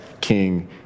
King